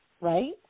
right